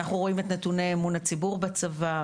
אנחנו רואים את נתוני אמון הציבור בצבא.